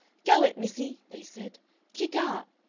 go it, missie they said kick aht